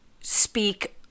speak